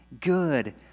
good